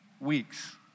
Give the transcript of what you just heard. weeks